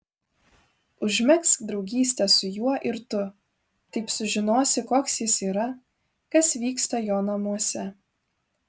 užmegzk draugystę su juo ir tu taip sužinosi koks jis yra kas vyksta jo namuose